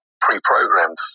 pre-programmed